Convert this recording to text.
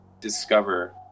discover